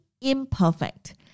imperfect